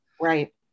Right